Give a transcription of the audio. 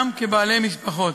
גם כבעלי משפחות.